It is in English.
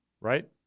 right